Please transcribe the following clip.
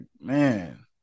man